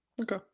Okay